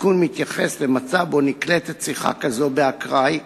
התיקון מתייחס למצב שבו נקלטת שיחה כזאת באקראי,